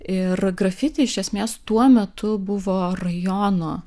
ir grafiti iš esmės tuo metu buvo rajono